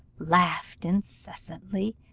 laughed incessantly,